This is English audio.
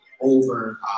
over